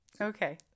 okay